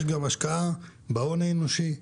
יש גם השקעה בהון האנושי,